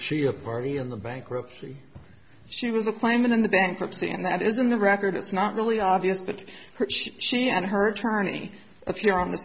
she a party in the bankruptcy she was applying them in the bankruptcy and that is in the record it's not really obvious but she and her attorney if you're on the